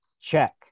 check